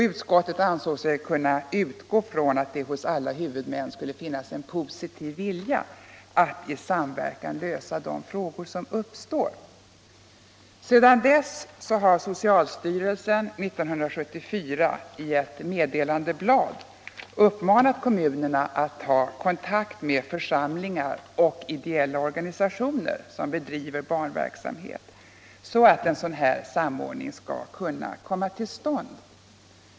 Utskottet ansåg sig kunna utgå ifrån att det hos alla huvudmän skulle finnas en postitiv vilja att i samverkan lösa de frågor som uppstår. Sedan dess har socialstyrelsen 1974 i ett meddelandeblad uppmanat kommunerna att ta kontakt med församlingar och ideella organisationer som bedriver barnverksamhet. så att en sådan här samordning skall kunna komma till stånd.